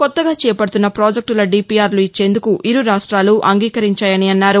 కొత్తగా చేపడుతున్న పాజెక్టుల డీపీఆర్లు ఇచ్చేందుకు ఇరు రాష్ట్రాలు అంగీకరించాయన్నారు